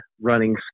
running